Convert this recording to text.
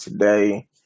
today